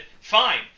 fine